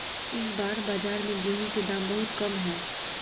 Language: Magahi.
इस बार बाजार में गेंहू के दाम बहुत कम है?